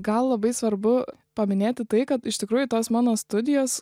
gal labai svarbu paminėti tai kad iš tikrųjų tos mano studijos